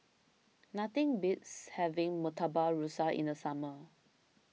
nothing beats having Murtabak Rusa in the summer